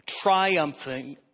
triumphing